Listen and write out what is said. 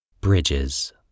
Bridges